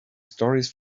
stories